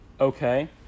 Okay